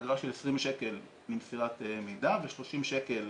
אגרה של 20 שקל למסירת מידע ו-30 שקל